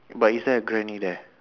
but is there a granny there